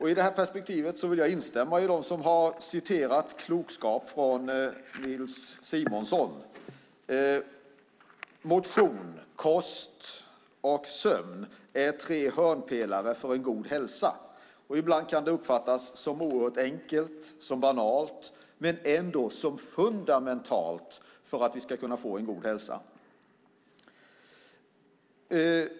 I det perspektivet vill jag instämma med dem som har citerat klokskap från Nils Simonson. Motion, kost och sömn är tre hörnpelare för god hälsa. Ibland kan det uppfattas som oerhört enkelt och banalt. Men det är ändå fundamentalt för att vi ska få en god hälsa.